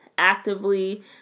actively